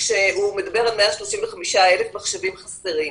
כשהוא מדבר על 135,000 מחשבים חסרים.